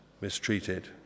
mistreated